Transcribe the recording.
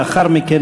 לאחר מכן,